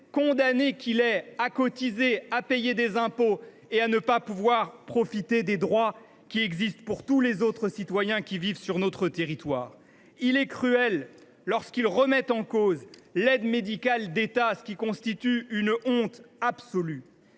condamné qu’il est à cotiser, à payer des impôts et à ne pas pouvoir profiter des droits qui existent pour tous les autres citoyens vivant sur notre territoire. Il est cruel lorsqu’il remet en cause – c’est une honte absolue